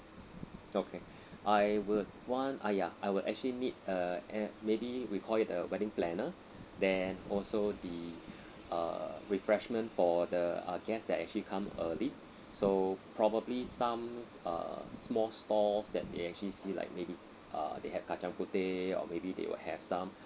okay I would want ah ya I would actually need a an~ maybe we call it the wedding planner then also the uh refreshment for the uh guest that actually come early so probably some uh small stalls that they actually see like maybe uh they have kacang putih or maybe they will have some